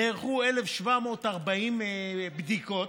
נערכו 1,740 בדיקות,